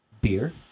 beer